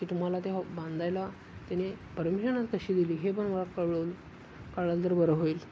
की तुम्हाला ते बांधायला त्याने परमिशनच कशी दिली हे पण मला कळून कळालं तर बरं होईल